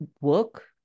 work